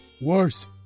Worse